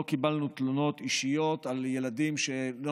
לא קיבלנו תלונות אישיות על ילדים שלא